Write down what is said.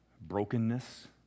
brokenness